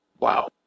Wow